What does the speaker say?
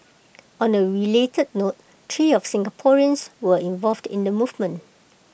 on A related note three of Singaporeans were involved in the movement